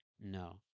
No